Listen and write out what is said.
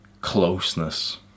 closeness